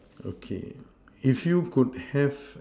okay if you could have